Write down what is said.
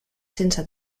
sense